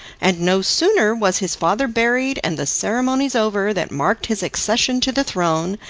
and no sooner was his father buried and the ceremonies over that marked his accession to the throne,